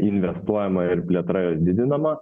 investuojama ir plėtra didinama